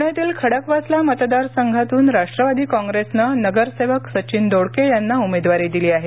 पुण्यातील खडकवासला मतदारसंघातून राष्ट्रवादी काँग्रेसनं नगरसेवक सचिन दोडके यांना उमेदवारी दिली आहे